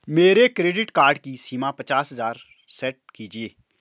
मेरे credit card की सीमा पचास हजार सेट कीजिए